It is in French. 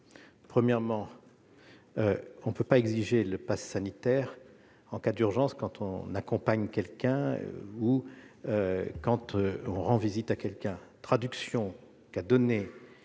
Premièrement, on ne peut pas exiger le passe sanitaire en cas d'urgence quand on accompagne quelqu'un ou quand on rend visite à quelqu'un. C'est la traduction qu'a donnée